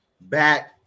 back